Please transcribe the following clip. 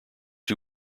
two